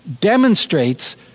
demonstrates